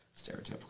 stereotypical